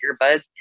earbuds